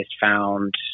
found